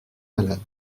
malade